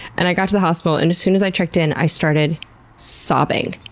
and i got to the hospital and as soon as i checked in i started sobbing.